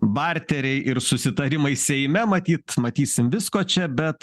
barteriai ir susitarimai seime matyt matysim visko čia bet